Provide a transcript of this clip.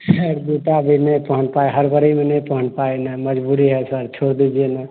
sir जूता भी नै पहन पाए हड़बड़ी में नहीं पहन पाए न मजबूरी है सर छोड़ दीजिए न